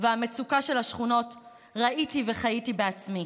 והמצוקה של השכונות ראיתי וחייתי בעצמי.